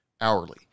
hourly